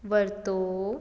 ਵਰਤੋਂ